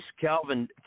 Calvin